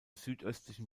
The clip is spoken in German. südöstlichen